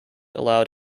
allowed